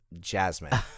Jasmine